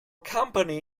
company